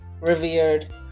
revered